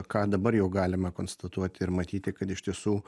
ką dabar jau galime konstatuoti ir matyti kad iš tiesų